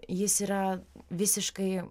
jis yra visiškai